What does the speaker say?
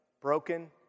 broken